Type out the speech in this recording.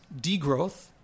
degrowth